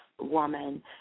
woman